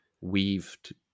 weaved